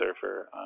surfer